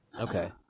Okay